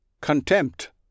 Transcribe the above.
Contempt